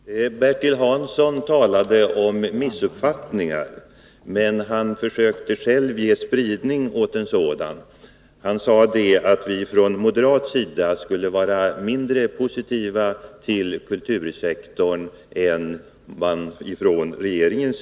Herr talman! Bertil Hansson talade om missuppfattningar, men han försökte själv ge spridning åt en sådan. Han sade att vi från moderat håll skulle vara mindre positiva till kultursektorn än regeringen.